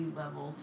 level